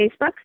Facebook